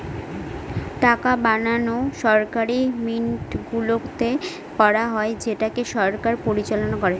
টাকা বানানো সরকারি মিন্টগুলোতে করা হয় যেটাকে সরকার পরিচালনা করে